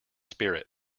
spirit